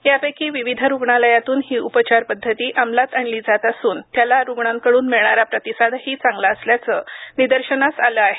यापैकी विविध रुग्णालयातून ही उपचार पद्धती अंमलात आणली जात असून त्याला रुग्णांकडून मिळणार प्रतिसादही चांगला असल्याचं निदर्शनास आलं आहे